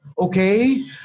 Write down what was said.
Okay